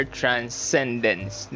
transcendence